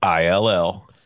ILL